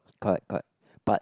correct correct but